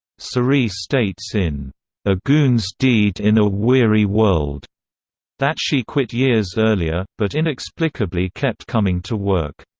cerie states in a goon's deed in a weary world that she quit years earlier, but inexplicably kept coming to work.